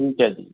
ਠੀਕ ਹੈ ਜੀ